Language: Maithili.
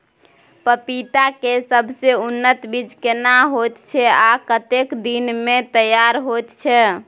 पपीता के सबसे उन्नत बीज केना होयत छै, आ कतेक दिन में तैयार होयत छै?